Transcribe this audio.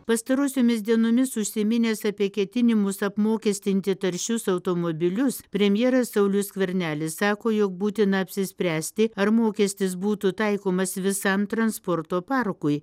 pastarosiomis dienomis užsiminęs apie ketinimus apmokestinti taršius automobilius premjeras saulius skvernelis sako jog būtina apsispręsti ar mokestis būtų taikomas visam transporto parkui